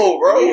bro